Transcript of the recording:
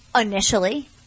Initially